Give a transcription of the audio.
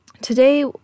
Today